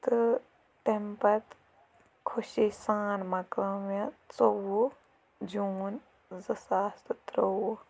تہٕ تَمہِ پَتہٕ خوشی سان مَۄکلٲو مےٚ ژوٚوُہ جوٗن زٕ ساس تہٕ ترٛوٚوُہ